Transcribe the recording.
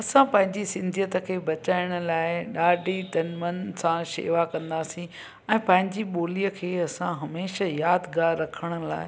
असां पंहिंजी सिंधीयत खे बचायण लाइ ॾाढी तन मन सां शेवा कंदासीं ऐं पंहिंजी ॿोलीअ खे असां हमेशह यादगार रखण लाइ